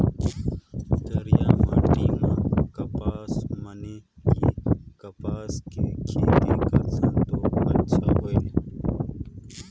करिया माटी म कपसा माने कि कपास के खेती करथन तो अच्छा होयल?